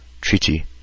treaty